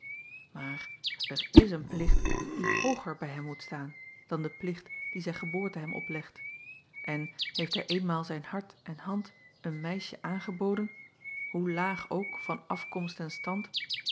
maar er is een plicht die hooger bij hem moet staan dan de plicht dien zijn geboorte hem oplegt en heeft hij eenmaal zijn hart en hand een meisje aangeboden hoe laag ook van afkomst en stand